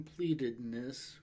completedness